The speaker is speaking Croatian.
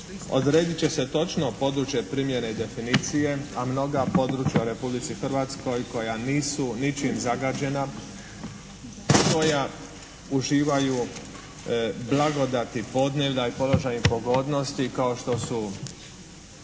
Odredit će se točno područje primjene i definicije a mnoga područja u Republici Hrvatskoj koja nisu ničim zagađena, koja uživaju blagodati podneblja i položaj pogodnosti kao što su